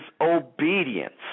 obedience